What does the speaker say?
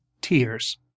tears